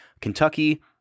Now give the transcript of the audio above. Kentucky